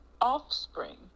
offspring